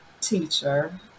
teacher